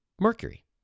Mercury